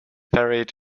buried